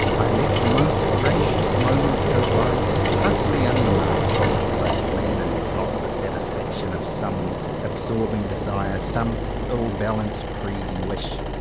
i let the most gracious moments go by utterly un remarked as i plan and plot the satisfaction of some absorbing desire, some ill-balanced greedy wish.